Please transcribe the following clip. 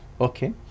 Okay